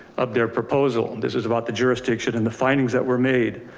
of their proposal. and this is about the jurisdiction and the findings that were made.